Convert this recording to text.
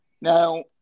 Now